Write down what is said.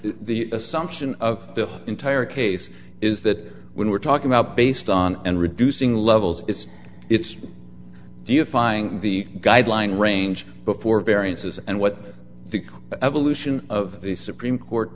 the assumption of the entire case is that when we're talking about based on and reducing levels it's it's defying the guideline range before variances and what the evolution of the supreme court